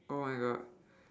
oh my god